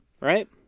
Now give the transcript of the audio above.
right